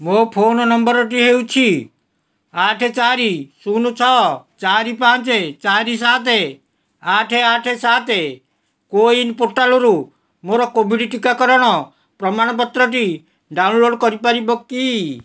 ମୋ ଫୋନ୍ ନମ୍ବରଟି ହେଉଛି ଆଠ ଚାରି ଶୂନ ଛଅ ଚାରି ପାଞ୍ଚ ଚାରି ସାତ ଆଠ ଆଠ ସାତ କୋୱିନ୍ ପୋର୍ଟାଲ୍ରୁ ମୋର କୋଭିଡ଼୍ ଟିକାକରଣ ପ୍ରମାଣପତ୍ରଟି ଡାଉନଲୋଡ଼୍ କରିପାରିବ କି